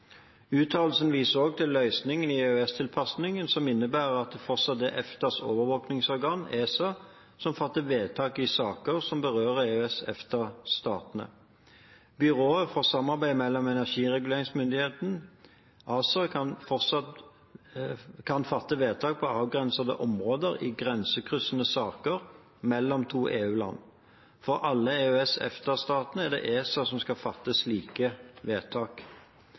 Uttalelsen viser også til løsningen i EØS-tilpasningene som innebærer at det fortsatt er EFTAs overvåkningsorgan, ESA, som fatter vedtak i saker som berører EØS/EFTA-statene. Byrået for samarbeid mellom energireguleringsmyndighetene, ACER, kan fatte vedtak på avgrensede områder i grensekryssende saker mellom to EU-land. For alle EØS/EFTA-statene er det ESA som skal fatte slike vedtak.